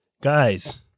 Guys